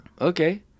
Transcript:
okay